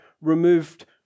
removed